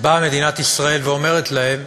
באה מדינת ישראל ואומרת להם: